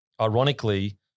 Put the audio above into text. ironically